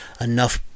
enough